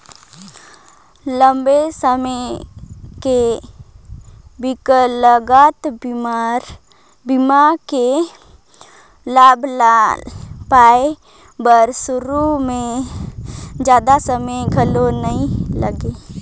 लंबा समे के बिकलांगता बीमा के लाभ ल पाए बर सुरू में जादा समें घलो नइ लागे